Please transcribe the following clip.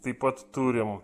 taip pat turim